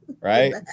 right